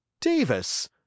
Davis